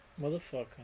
Motherfucker